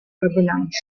urbanized